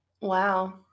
Wow